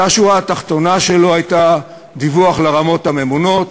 שהשורה התחתונה שלו הייתה דיווח לרמות הממונות.